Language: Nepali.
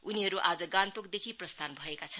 उनीहरू आज गान्तोक देखि प्रस्थान भएका छन्